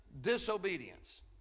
disobedience